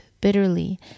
bitterly